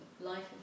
life